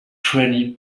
twenty